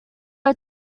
are